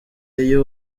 iyo